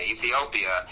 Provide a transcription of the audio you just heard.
Ethiopia